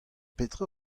petra